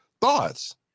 thoughts